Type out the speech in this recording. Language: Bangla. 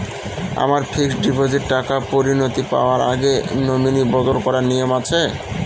আমার ফিক্সড টাকা পরিনতি পাওয়ার আগে নমিনি বদল করার নিয়ম আছে?